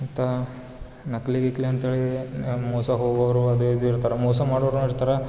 ಮತ್ತು ನಕಲಿ ಗಿಕಲಿ ಅಂತೇಳಿ ಮೋಸ ಹೋಗೋರು ಅದು ಇದು ಇರ್ತಾರೆ ಮೋಸ ಮಾಡೋರು ಇರ್ತಾರೆ